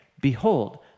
Behold